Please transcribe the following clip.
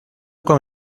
con